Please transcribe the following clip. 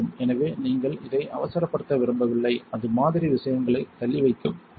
எனவே நீங்கள் இதை அவசரப்படுத்த விரும்பவில்லை அது மாதிரி விஷயங்களைத் தள்ளி வைக்கவும்